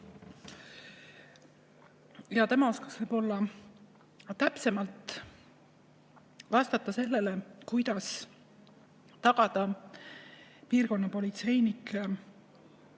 Tema oskaks võib-olla täpsemalt vastata sellele, kuidas tagada piirkonnapolitseinike